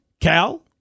Cal